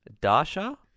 Dasha